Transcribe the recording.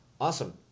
Awesome